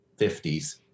50s